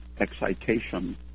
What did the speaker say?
excitation